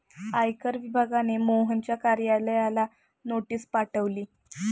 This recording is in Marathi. आयकर विभागाने मोहनच्या कार्यालयाला नोटीस पाठवली